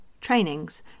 trainings